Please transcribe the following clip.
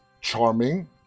charming